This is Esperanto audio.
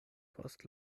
post